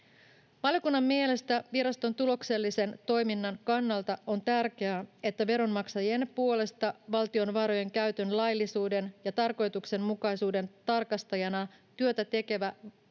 Valiokunnan mielestä viraston tuloksellisen toiminnan kannalta on tärkeää, että veronmaksajien puolesta valtion varojen käytön laillisuuden ja tarkoituksenmukaisuuden tarkastajana työtä tekevä